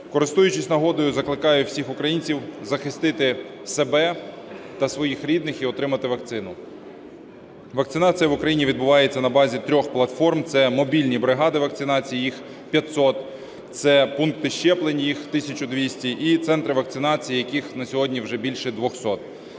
Користуючись нагодою, закликаю всіх українців захистити себе та своїх рідних і отримати вакцину. Вакцинація в Україні відбувається на базі трьох платформ: це мобільні бригади вакцинації (їх 500); це пункти щеплень (їх 1200); і центри вакцинації, яких на сьогодні вже більше 200.